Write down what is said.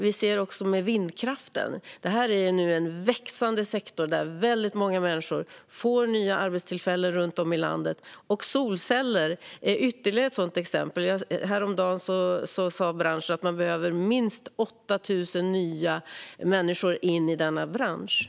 Vi ser också vindkraften, som är en växande sektor där många människor får nya arbetstillfällen runt om i landet. Solceller är ytterligare ett exempel, och häromdagen sa branschen att man behöver minst 8 000 nya människor i denna bransch.